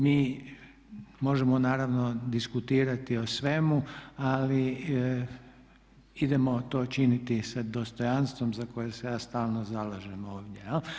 Mi možemo naravno diskutirati o svemu, ali idemo to činiti sa dostojanstvom za koje se ja stalno zalažem ovdje.